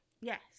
Yes